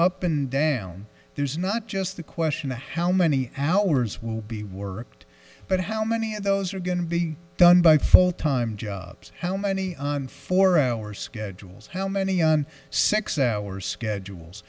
up and down there's not just the question of how many hours will be worked but how many of those are going to be done by full time jobs how many on for our schedules how many on six hours schedules